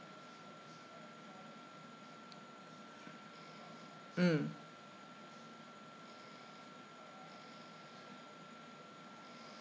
mm